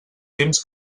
temps